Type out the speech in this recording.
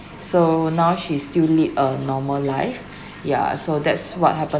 so now she still lead a normal life yeah so that's what happen